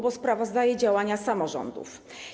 Bo sprawozdaje działania samorządów.